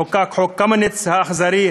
חוקק חוק קמיניץ האכזרי,